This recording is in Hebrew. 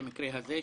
במקרה הזה,